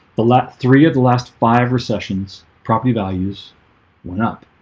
but lack three of the last five recessions property values went up